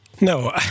No